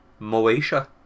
Moesha